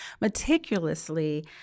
meticulously